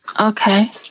Okay